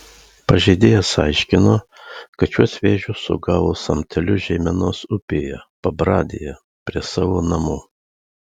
pažeidėjas aiškino kad šiuos vėžius sugavo samteliu žeimenos upėje pabradėje prie savo namų